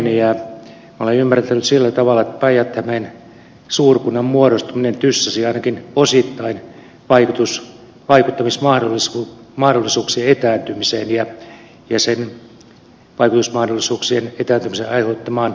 minä olen ymmärtänyt sillä tavalla että päijät hämeen suurkunnan muodostuminen tyssäsi ainakin osittain vaikuttamismahdollisuuksien etääntymiseen ja sen vaikutusmahdollisuuksien etääntymisen aiheuttamaan huoleen